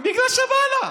בגלל שבא לה.